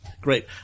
Great